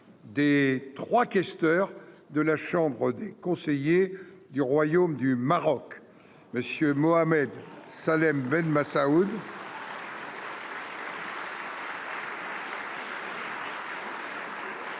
des trois questeurs de la Chambre des conseillers du royaume du Maroc Monsieur Mohamed Salem Ben massage.